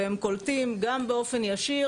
והם קולטים גם באופן ישיר,